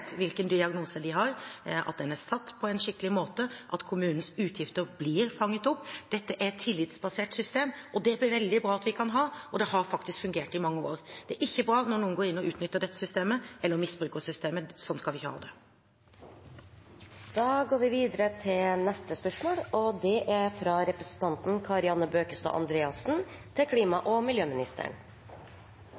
hvilken diagnose de har, at diagnosen er satt på en skikkelig måte, og at kommunens utgifter blir fanget opp. Dette er et tillitsbasert system, det er det veldig bra at vi kan ha, og det har faktisk fungert i mange år. Det er ikke bra når noen utnytter eller misbruker dette systemet. Sånn skal vi ikke ha det. Jeg tillater meg å stille følgende spørsmål til klima- og